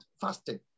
fasting